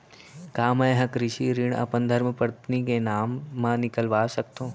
का मैं ह कृषि ऋण अपन धर्मपत्नी के नाम मा निकलवा सकथो?